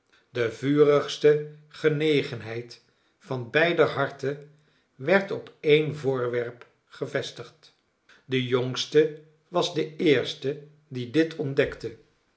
de vurigste genegenheid van beider harten werd op een voorwerp gevestigd de jongste was de eerste die dit ontdekte